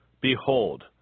Behold